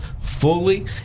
fully